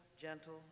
gentle